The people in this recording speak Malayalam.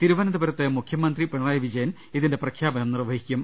തിരുവനന്ത പുരത്ത് മുഖ്യമന്ത്രി പിണറായി വിജയൻ ഇതിന്റെ പ്രഖ്യാപനം നിർവ്വഹിക്കും